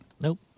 Nope